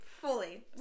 fully